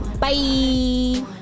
bye